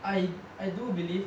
I I do believe